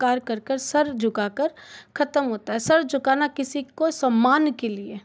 कर कर सर झुका कर ख़त्म होता है सिर झुकाना किसी को सम्मान के लिए